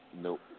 Nope